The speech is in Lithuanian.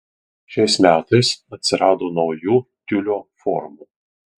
šiais metais atsirado naujų tiulio formų